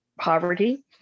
poverty